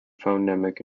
phonemic